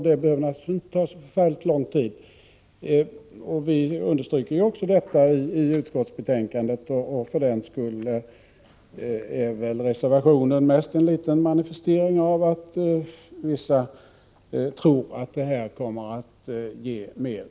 Det behöver naturligtvis inte ta så förfärligt lång tid, vilket vi understryker i utskottsbetänkandet. För den skull är väl reservationen mest en liten manifestering av att vissa tror mer än andra att detta kommer att ge resultat.